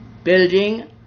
building